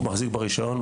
הוא המחזיק ברישיון,